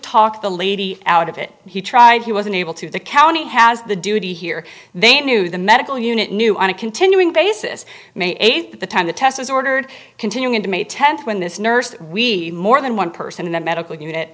talk the lady out of it he tried he wasn't able to the county has the duty here they knew the medical unit knew on a continuing basis may eighth at the time the test was ordered continue into may tenth when this nurse we more than one person in the medical unit